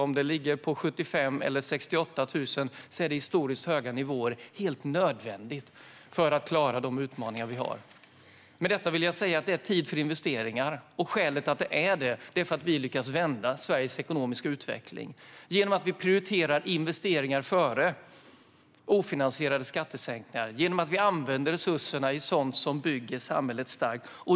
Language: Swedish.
Om det ligger på 75 000 eller 68 000 nya bostäder är den historiskt högsta nivån. Det är helt nödvändigt för att klara de utmaningar som vi har. Med detta vill jag säga att det är tid för investeringar. Skälet till det är att vi har lyckats vända Sveriges ekonomiska utveckling genom att vi prioriterar investeringar före ofinansierade skattesänkningar, genom att vi använder resurserna till sådant som bygger samhället starkt.